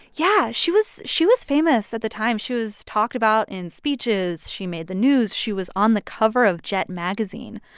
yeah, she was she was famous at the time. she was talked about in speeches. she made the news. she was on the cover of jet magazine.